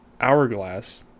hourglass